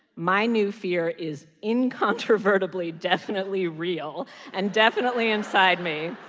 my new fear is incontrovertibly, definitely real and definitely inside me.